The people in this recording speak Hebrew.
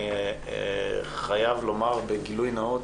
אני חייב לומר בגילוי נאות: